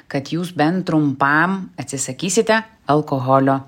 kad jūs bent trumpam atsisakysite alkoholio